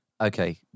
Okay